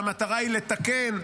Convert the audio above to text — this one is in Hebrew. והמטרה היא לתקן,